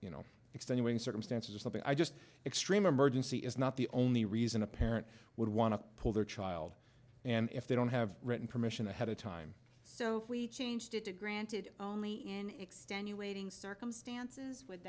you know extenuating circumstances or something i just extreme emergency is not the only reason a parent would want to pull their child and if they don't have written permission ahead of time so we changed it to granted only in extenuating circumstances would